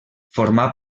formà